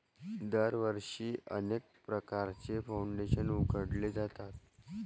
दरवर्षी अनेक प्रकारचे फाउंडेशन उघडले जातात